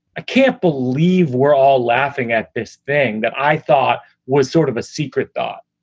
i can't believe we're all laughing at this thing that i thought was sort of a secret thought